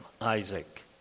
Isaac